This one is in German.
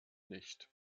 nicht